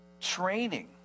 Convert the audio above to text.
training